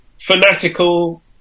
fanatical